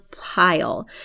pile